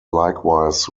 likewise